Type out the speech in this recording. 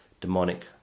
demonic